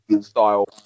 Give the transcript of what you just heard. style